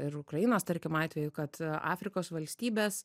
ir ukrainos tarkim atvejų kad afrikos valstybės